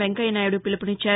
వెంకయ్యనాయుడు పిలుపునిచ్చారు